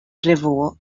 revuo